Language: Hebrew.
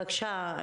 בבקשה,